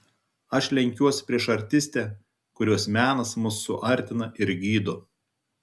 aš lenkiuos prieš artistę kurios menas mus suartina ir gydo